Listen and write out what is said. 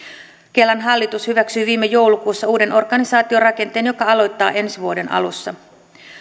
kelan hallitus hyväksyi viime joulukuussa uuden organisaatiorakenteen joka aloittaa ensi vuoden alussa